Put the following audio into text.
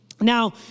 Now